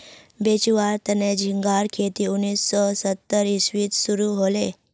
बेचुवार तने झिंगार खेती उन्नीस सौ सत्तर इसवीत शुरू हले